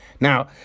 Now